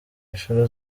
inshuro